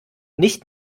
nicht